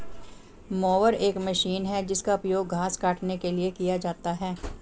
mower एक machine है जिसका उपयोग घास काटने के लिए किया जाता है